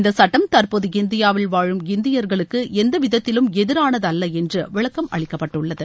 இந்தச் சுட்டம் தற்போது இந்தியாவில் வாழும் இந்தியர்களுக்கு எந்த விதத்திலும் எதிரானது அல்ல என்று விளக்கம் அளிக்கப்பட்டுள்ளது